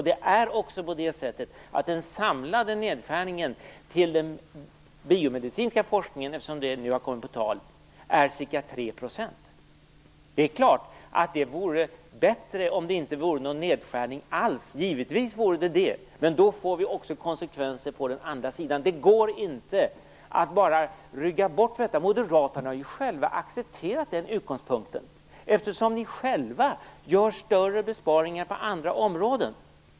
Det är också på det sättet att den samlade nedskärningen på den biomedicinska forskningens område - eftersom denna nu har kommit på tal - är ca Det är klart att det vore bättre utan någon nedskärning alls. Givetvis vore det så. Men det skulle få konsekvenser på den andra sidan. Det går inte att bara rygga tillbaka för detta. Moderaterna har ju själva accepterat den utgångspunkten, eftersom ni själva föreslår större besparingar på andra områden.